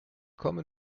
komme